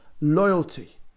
loyalty